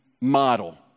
model